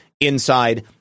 inside